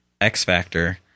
X-Factor